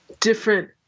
different